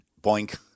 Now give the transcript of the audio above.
boink